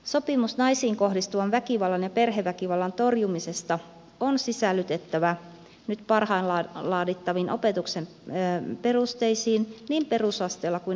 sopimus naisiin kohdistuvan väkivallan ja perheväkivallan torjumisesta on sisällytettävä nyt parhaillaan laadittaviin opetuksen perusteisiin niin perusasteella kuin ammatillisessa ja lukiokoulutuksessa